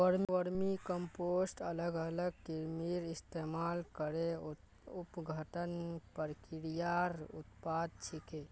vermicompost अलग अलग कृमिर इस्तमाल करे अपघटन प्रक्रियार उत्पाद छिके